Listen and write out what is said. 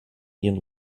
ihren